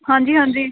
ਹਾਂਜੀ ਹਾਂਜੀ